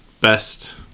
best